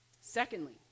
Secondly